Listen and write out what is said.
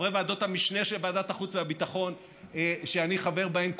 חברי ועדות המשנה של ועדת החוץ והביטחון שאני חבר בהן,